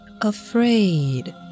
afraid